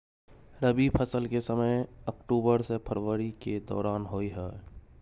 रबी फसल के समय अक्टूबर से फरवरी के दौरान होय हय